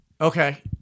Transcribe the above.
okay